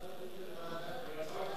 ביקורת